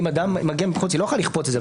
אם אדם מגיע מבחוץ, היא לא יכולה לכפות את זה.